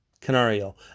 Canario